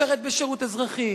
לשרת בשירות אזרחי,